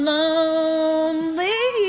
lonely